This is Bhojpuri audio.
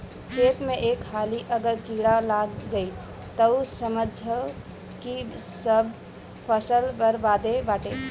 खेत में एक हाली अगर कीड़ा लाग गईल तअ समझअ की सब फसल बरबादे बाटे